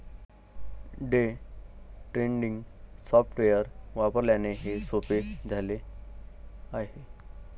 day trading software वापरल्याने हे सोपे झाले आहे